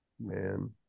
Man